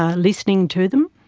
ah listening to them,